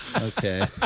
Okay